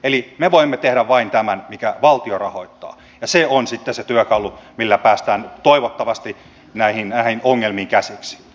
eli me voimme tehdä vain tämän minkä valtio rahoittaa ja se on sitten se työkalu millä päästään toivottavasti näihin ongelmiin käsiksi